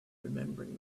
remembering